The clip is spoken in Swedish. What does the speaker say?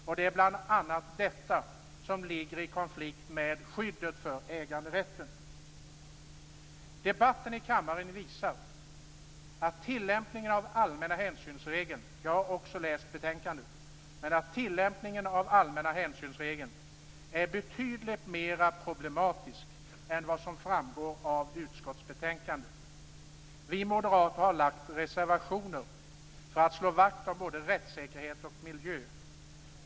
Och det är bl.a. detta som ligger i konflikt med skyddet för äganderätten. Debatten i kammaren visar att tillämpningen av allmänna hänsynsregeln - jag har också läst betänkandet - är betydligt mera problematisk än vad som framgår av utskottsbetänkandet. Vi moderater har lagt reservationer för att slå vakt om både rättssäkerhet och miljö.